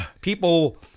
people